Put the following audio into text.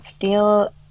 feel